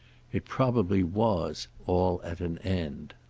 it probably was all at an end.